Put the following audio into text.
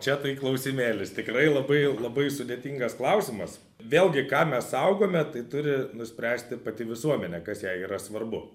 čia tai klausimėlis tikrai labai labai sudėtingas klausimas vėlgi ką mes saugome tai turi nuspręsti pati visuomenė kas jai yra svarbu